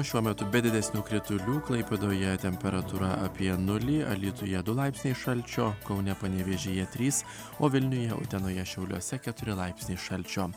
šiuo metu be didesnių kritulių klaipėdoje temperatūra apie nulį alytuje du laipsniai šalčio kaune panevėžyje trys o vilniuje utenoje šiauliuose keturi laipsniai šalčio